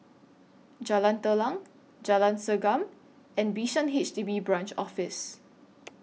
Jalan Telang Jalan Segam and Bishan H D B Branch Office